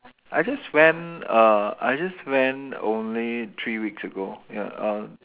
I just went err I just went only three weeks ago ya uh